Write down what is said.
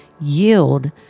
Yield